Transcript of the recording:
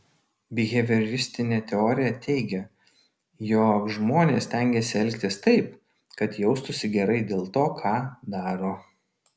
bihevioristinė teorija teigia jog žmonės stengiasi elgtis taip kad jaustųsi gerai dėl to ką daro